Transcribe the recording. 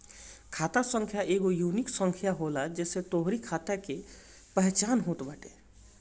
खाता संख्या एगो यूनिक संख्या होला जेसे तोहरी खाता कअ पहचान होत बाटे